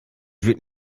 wird